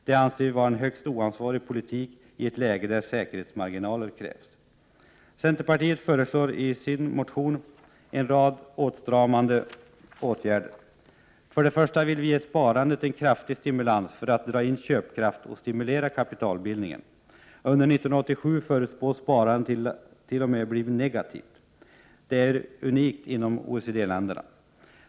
Detta anser vi är en högst oansvarig politik i ett läge där säkerhetsmarginaler krävs. Centerpartiet föreslår i sin motion en rad åtstramande åtgärder. För det första vill vi ge sparandet en kraftig stimulans för att dra in köpkraft och stimulera kapitalbildningen. Under 1987 förutspås sparandet t.o.m. bli negativt. Detta är unikt inom OECD-länderna.